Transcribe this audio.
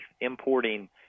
importing